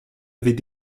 avait